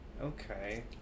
Okay